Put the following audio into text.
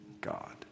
God